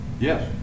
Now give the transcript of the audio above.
Yes